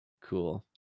Cool